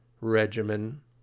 regimen